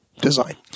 design